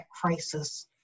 crisis